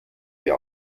wir